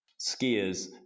skiers